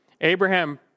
Abraham